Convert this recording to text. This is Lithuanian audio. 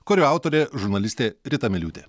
kurio autorė žurnalistė rita miliūtė